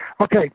Okay